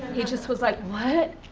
he just was like, what?